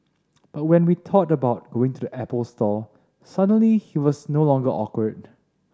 but when we thought about going to the Apple store suddenly he was no longer awkward